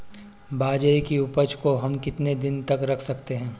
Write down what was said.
बाजरे की उपज को हम कितने दिनों तक रख सकते हैं?